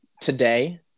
today